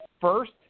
first